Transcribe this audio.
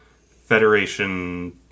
Federation